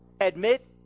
Admit